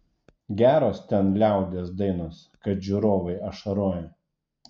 geros ten liaudies dainos kad žiūrovai ašaroja